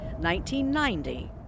1990